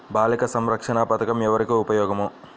బాలిక సంరక్షణ పథకం ఎవరికి ఉపయోగము?